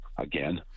again